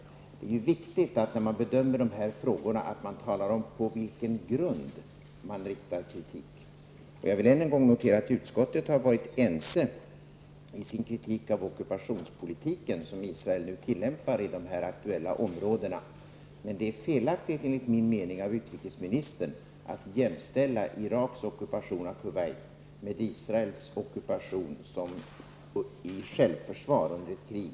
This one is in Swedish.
När man bedömer de här frågorna är det viktigt att man talar om på vilken grund man riktar kritik. Jag vill än en gång notera att utskottet har varit enigt i sin kritik av den ockupationspolitik som Israel tillämpar i de nämnda områdena, men det är, enligt min mening, felaktigt av utrikesministern att jämställa Iraks ockupation av Kuwait med Israels ockupation, som skedde i självförsvar under krig.